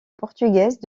portugaise